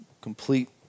complete